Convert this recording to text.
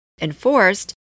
enforced